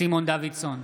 סימון דוידסון,